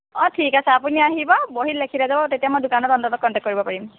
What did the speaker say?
অঁ ঠিক আছে আপুনি আহিব বহীত লেখি থৈ যাব তেতিয়া মই দোকানত অন্তত কণ্টেক্ট কৰিব পাৰিম